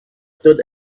stood